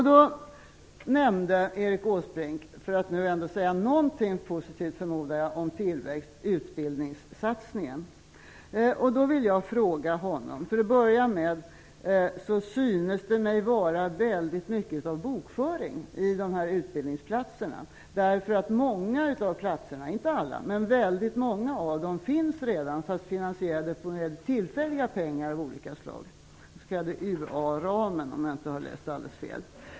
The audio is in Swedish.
Då nämnde Erik Åsbrink utbildningssatsningen, för att ändå säga någonting positivt om tillväxt, förmodar jag. Till att börja med synes det mig i mycket vara en fråga om bokföring när det gäller utbildningsplatserna. Många av platserna - inte alla, men många - finns redan, men är finansierade genom tillfälliga pengar av olika slag inom den s.k. UA-ramen, om jag inte har läst alldeles fel.